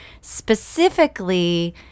specifically